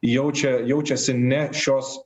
jaučia jaučiasi ne šios